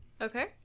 Okay